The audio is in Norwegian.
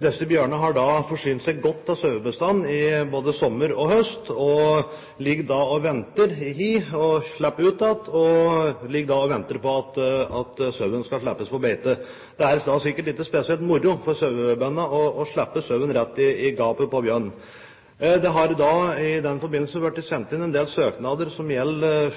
Disse bjørnene har da forsynt seg godt av sauebestanden både sommer og høst, går så i hi, kommer ut igjen og ligger da og venter på at sauen skal slippes på beite. Det er da sikkert ikke spesielt moro for sauebøndene å slippe sauen rett i gapet på bjørnen. Det har i den forbindelse blitt sendt inn en del søknader som gjelder